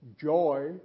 joy